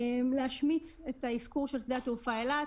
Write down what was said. להשמיט את האזכור של שדה התעופה אילת.